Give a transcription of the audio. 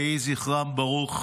יהי זכרם ברוך.